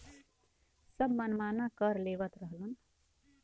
सब मनमाना कर लेवत रहलन